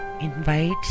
invite